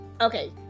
okay